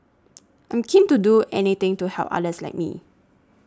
I'm keen to do anything to help others like me